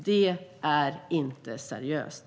Det är inte seriöst.